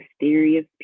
mysterious